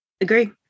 Agree